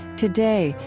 today,